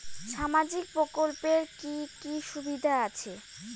সামাজিক প্রকল্পের কি কি সুবিধা আছে?